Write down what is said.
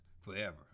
forever